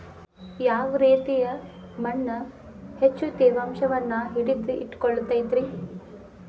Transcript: ಯಾವ ರೇತಿಯ ಮಣ್ಣ ಹೆಚ್ಚು ತೇವಾಂಶವನ್ನ ಹಿಡಿದಿಟ್ಟುಕೊಳ್ಳತೈತ್ರಿ?